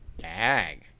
Dag